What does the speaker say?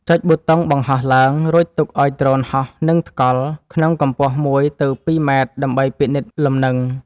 ចុចប៊ូតុងបង្ហោះឡើង រួចទុកឱ្យដ្រូនហោះនឹងថ្កល់ក្នុងកម្ពស់ ១ ទៅ ២ ម៉ែត្រដើម្បីពិនិត្យលំនឹង។